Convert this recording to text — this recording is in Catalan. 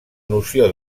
noció